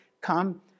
Come